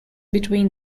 between